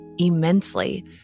immensely